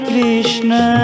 Krishna